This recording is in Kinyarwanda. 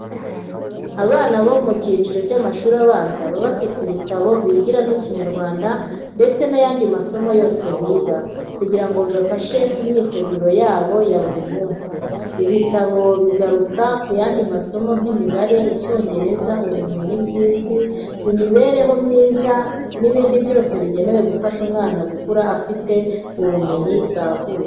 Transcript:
Abana bo mu cyiciro cy’amashuri abanza baba bafite ibitabo bigiramo Ikinyarwanda ndetse n’ayandi masomo yose biga, kugira ngo bibafashe mu myigire yabo ya buri munsi. Ibitabo bigaruka ku yandi masomo nk'imibare, Icyongereza, ubumenyi bw'isi, imibereho myiza n'ibindi byose bigenewe gufasha umwana gukura afite ubumenyi bwagutse.